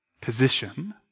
position